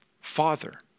Father